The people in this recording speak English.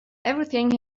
everything